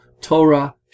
Torah